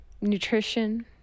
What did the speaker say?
nutrition